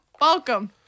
welcome